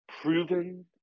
proven